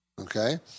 Okay